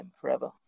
forever